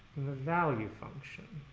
the value function